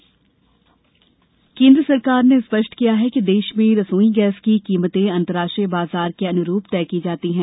केन्द्र एलपीजी केन्द्र सरकार ने स्पष्ट किया है कि देश में रसोई गैस की कीमते अंतर्राष्ट्रीय बाजार के अनुरूप तय की जाती है